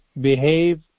behave